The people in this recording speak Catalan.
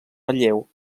relleu